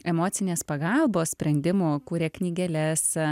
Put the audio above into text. emocinės pagalbos sprendimo kūrė knygeles